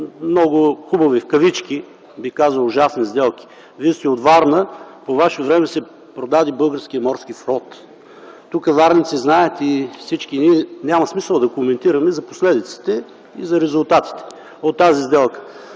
много хубави в кавички, бих казал, ужасни сделки. Вие сте от Варна. По ваше време се продаде Българският морски флот. Варненци и всички ние тук знаем, няма смисъл да коментираме последиците и резултатите от тази сделка.